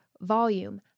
volume